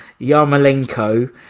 Yarmolenko